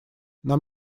нам